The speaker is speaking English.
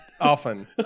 often